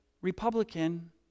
Republican